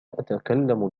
أتكلم